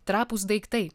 trapūs daiktai